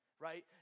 right